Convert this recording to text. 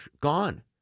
gone